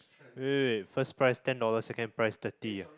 wait wait wait first prize ten dollars second price twenty ah